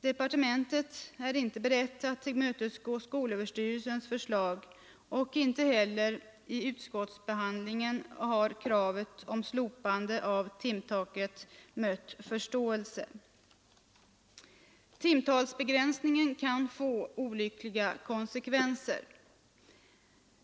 Departementet är inte berett att tillmötesgå skolöverstyrelsens önskemål, och inte heller vid utskottsbehandlingen har kravet på slopande av timtaket mött förståelse. Timtalsbegränsningen kan få olyckliga konsekvenser.